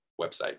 website